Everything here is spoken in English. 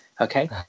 okay